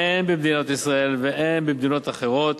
הן במדינת ישראל והן במדינות אחרות,